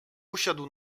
usiadł